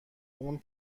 اون